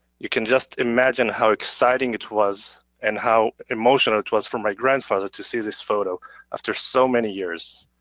you can just imagine how exciting it was and how emotional it was for my grandfather to see this photo after so many years.